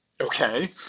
Okay